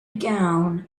gown